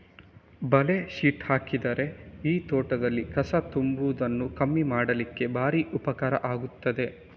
ಬಲೆ ಶೀಟ್ ಹಾಕಿದ್ರೆ ಈ ತೋಟದಲ್ಲಿ ಕಸ ತುಂಬುವುದನ್ನ ಕಮ್ಮಿ ಮಾಡ್ಲಿಕ್ಕೆ ಭಾರಿ ಉಪಕಾರ ಆಗ್ತದೆ